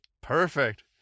perfect